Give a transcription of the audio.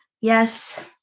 Yes